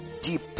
deep